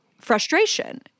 frustration